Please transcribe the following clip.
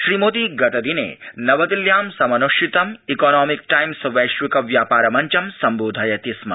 श्री मोदी गतदिने नवदिल्ल्यां समनुष्ठितं इकॉनौमिक टाइम्स वैश्विक व्यापार मञ्च सम्बोधयति स्म